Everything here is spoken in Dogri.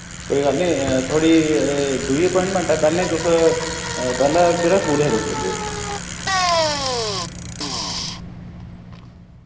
कोई गल्ल नी थोआढ़ी एह् दुई अपाइंटमैंट ऐ पैह्लें तुस पैह्ले केह्ड़े स्कूल हे तुस लग्गे दे